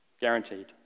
Guaranteed